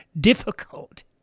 difficult